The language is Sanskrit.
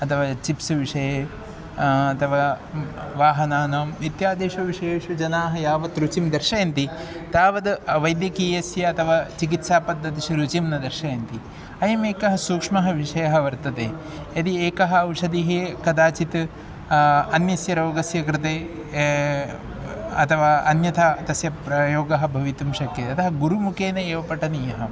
अथवा चिप्स् विषये अथवा वाहनानाम् इत्यादिषु विषयेषु जनाः यावत् रुचिं दर्शयन्ति तावद् वैद्यकीयस्य अथवा चिकित्सापद्धतिषु रुचिं न दर्शयन्ति अयमेकः सूक्ष्मः विषयः वर्तते यदि एका औषध्ः कदाचित् अन्यस्य रोगस्य कृते अथवा अन्यथा तस्य प्रयोगः भवितुं शक्यते अतः गुरुमुखेन एव पठनीयः